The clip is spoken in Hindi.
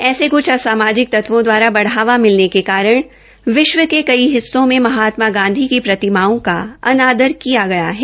ऐसे कुछ आसामाजिक तत्वों दवारा बढ़ावा मिलने के कारण विश्व के कई हिस्सों में महात्मा गांधी की प्रतिमाओं का अनादर किया गया है